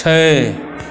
छै